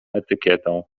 etykietą